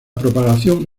propagación